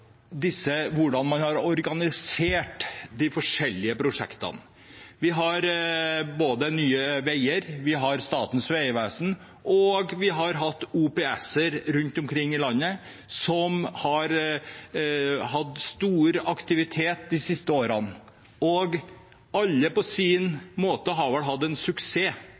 hvordan man har organisert de forskjellige prosjektene. Vi har Nye Veier, vi har Statens vegvesen, og vi har hatt OPS-er rundt omkring i landet som har hatt stor aktivitet de siste årene. Alle har vel på sin måte hatt suksess, for vi har